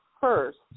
first